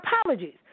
apologies